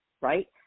right